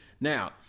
Now